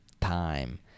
time